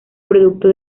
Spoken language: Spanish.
producto